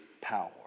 power